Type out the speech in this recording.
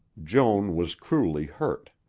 joan was cruelly hurt.